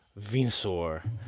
Venusaur